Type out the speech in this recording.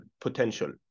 potential